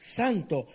santo